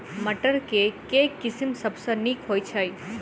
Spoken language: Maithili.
मटर केँ के किसिम सबसँ नीक होइ छै?